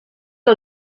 que